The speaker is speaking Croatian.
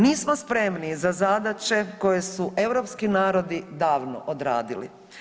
Nismo spremni za zadaće koje su europski narodni davno odradili.